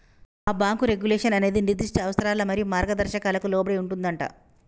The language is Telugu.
ఆ బాంకు రెగ్యులేషన్ అనేది నిర్దిష్ట అవసరాలు మరియు మార్గదర్శకాలకు లోబడి ఉంటుందంటా